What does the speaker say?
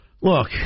look